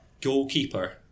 goalkeeper